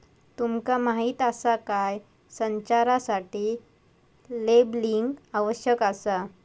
तुमका माहीत आसा काय?, संचारासाठी लेबलिंग आवश्यक आसा